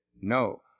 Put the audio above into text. no